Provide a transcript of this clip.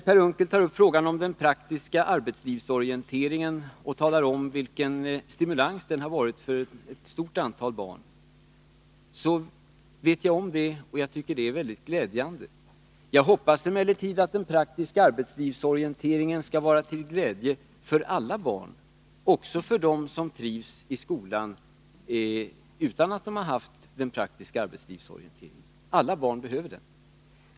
Per Unckel tog upp frågan om den praktiska arbetslivsorienteringen och talade om vilken stimulans den har varit för ett stort antal barn. Jag vet det, och jag tycker det är mycket glädjande. Jag hoppas emellertid att den praktiska arbetslivsorienteringen skall vara till glädje för alla barn, också för dem som trivs i skolan utan att de haft den praktiska arbetslivsorienteringen. Alla barn behöver den.